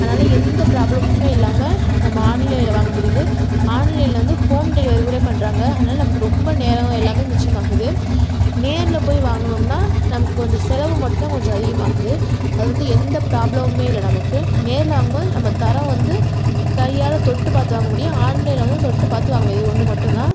அதனால் எந்த ப்ராப்ளமுமே இல்லாமல் நம்ம ஆன்லைனில் வாங்க முடியுது ஆன்லைனில் வந்து ஹோம் டெலிவரி கூட பண்ணுறாங்க அதனால் நமக்கு ரொம்ப நேரம் எல்லாமே மிச்சம் ஆகுது நேரில் போய் வாங்கணும்னா நமக்கு கொஞ்சம் செலவு மட்டும் தான் கொஞ்சம் அதிகம் ஆகுது அது வந்து எந்த ப்ராப்ளமுமே இல்லை நமக்கு நேரில் வாங்கும் போது நம்ம தரம் வந்து கையால் தொட்டு பாத்து வாங்க முடியும் ஆன்லைனில் வந்து தொட்டு பார்த்து வாங்க முடியாது இது ஒன்று மட்டும் தான்